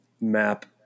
map